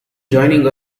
joining